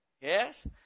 Yes